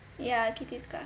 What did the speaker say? ya kitty's class